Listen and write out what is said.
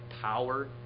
power